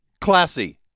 Classy